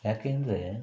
ಯಾಕೆಂದರೆ